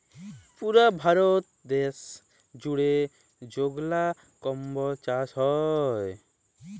পুরা ভারত দ্যাশ জুইড়ে যেগলা কম্বজ চাষ হ্যয়